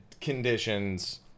conditions